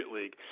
League